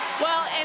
well, and